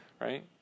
right